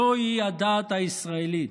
זוהי הדעת הישראלית,